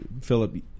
philip